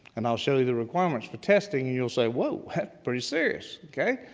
and i'll show you the requirements for testing, and you'll say whoa, pretty serious, okay?